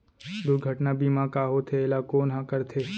दुर्घटना बीमा का होथे, एला कोन ह करथे?